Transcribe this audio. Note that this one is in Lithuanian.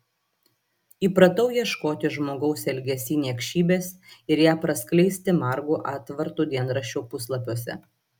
įpratau ieškoti žmogaus elgesy niekšybės ir ją praskleisti margu atvartu dienraščio puslapiuose